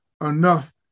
enough